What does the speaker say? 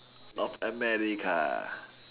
of America